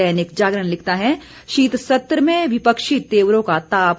दैनिक जागरण लिखता है शीत सत्र में विपक्षी तेवरों का ताप